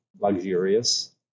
luxurious